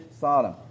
Sodom